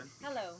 Hello